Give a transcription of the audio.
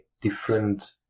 different